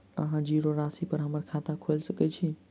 अहाँ जीरो राशि पर हम्मर खाता खोइल सकै छी?